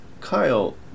Kyle